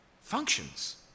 functions